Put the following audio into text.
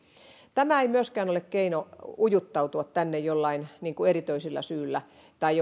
tämä ei myöskään ole keino ujuttautua tänne joillain erityisillä syillä tai